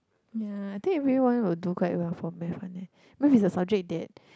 ya I think everyone will do quite well for Math one leh because it's a subject that